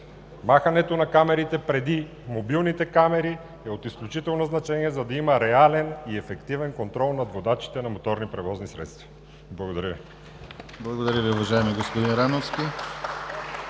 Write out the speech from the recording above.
Махането на знаците преди мобилните камери е от изключително значение, за да има реален и ефективен контрол над водачите на моторни превозни средства. Благодаря Ви.